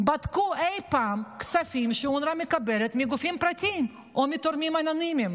בדקו אי פעם כספים שאונר"א מקבלת מגופים פרטיים או מתורמים אנונימיים.